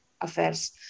affairs